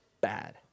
bad